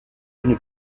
une